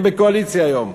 אתם בקואליציה היום.